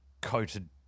coated